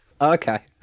Okay